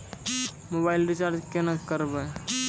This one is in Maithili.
मोबाइल रिचार्ज केना करबै?